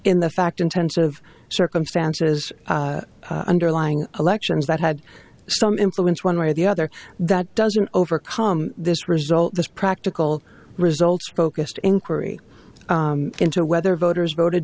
the fact intensive circumstances underlying elections that had some influence one way or the other that doesn't overcome this result this practical results focused inquiry into whether voters voted